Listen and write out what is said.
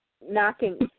knocking